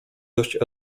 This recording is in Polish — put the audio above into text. dość